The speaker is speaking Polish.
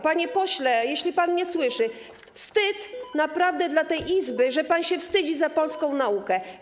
Panie pośle, jeśli pan mnie słyszy: wstyd naprawdę dla tej Izby, że pan się wstydzi za polską naukę.